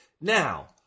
Now